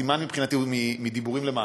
הסימן מבחינתי הוא מדיבורים למעשה.